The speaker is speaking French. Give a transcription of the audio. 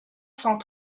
cent